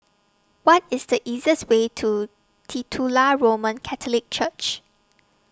What IS The easiest Way to Titular Roman Catholic Church